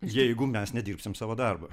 jeigu mes nedirbsim savo darbo